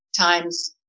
times